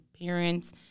Parents